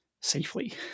safely